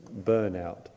burnout